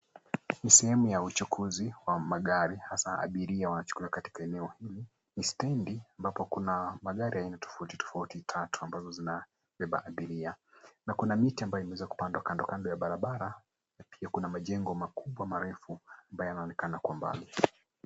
Ni sehemu ya uchukuzi wa magari hasa abiria wanachukuliwa katika eneo hili. Ni stendi ambapo kuna magari aina tofauti tofauti tatu ambazo zinabeba abiria na kuna miti ambayo imeweza kupandwa kando kando ya barabara na pia kuna majengo makubwa marefu ambayo yanaonekana kwa umbali.